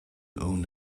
own